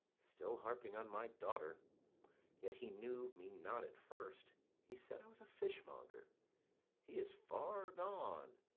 still harping on my daughter yet he knew me not at first he said i was a fishmonger he is far gone,